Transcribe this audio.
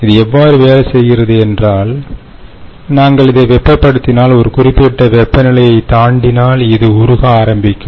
இது எவ்வாறு வேலை செய்கிறது என்றால் நீங்கள் இதை வெப்பப்படுத்தினால் ஒரு குறிப்பிட்ட வெப்பநிலையைத் தாண்டினால் இது உருக ஆரம்பிக்கும்